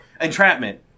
Entrapment